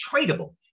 tradable